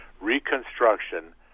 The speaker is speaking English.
reconstruction